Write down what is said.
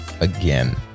again